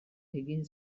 egin